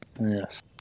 Yes